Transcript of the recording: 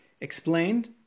explained